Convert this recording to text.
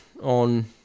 on